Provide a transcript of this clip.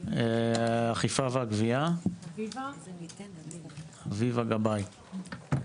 אכיפה והגבייה, אביבה גבאי,